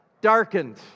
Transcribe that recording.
Darkened